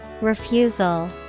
Refusal